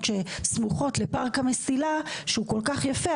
שסמוכות לפארק המסילה שהוא כל כך יפה,